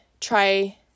try